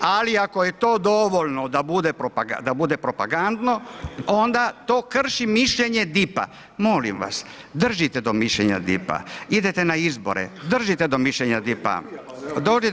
Ali ako je to dovoljno da bude propagandno ona to krši mišljenje DIP-a, molim vas držite do mišljenja DIP-a idete na izbore, držite do mišljenja DIP-a.